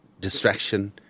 distraction